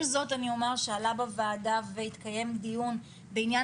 עם זאת אני אומר שעלה בוועדה והתקיים דיון בעניין